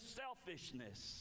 selfishness